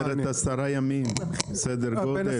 זאת אומרת 10 ימים סדר גודל?